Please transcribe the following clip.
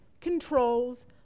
controls